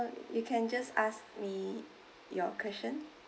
uh you can just ask me your question